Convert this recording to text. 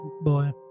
boy